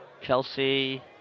Chelsea